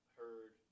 heard